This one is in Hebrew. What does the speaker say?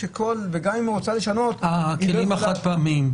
גם אם היא רוצה לשנות --- הכלים החד פעמיים,